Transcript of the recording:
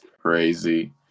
crazy